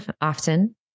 often